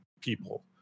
people